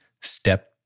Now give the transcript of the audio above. step